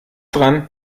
dran